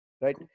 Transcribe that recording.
right